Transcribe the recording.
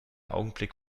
augenblick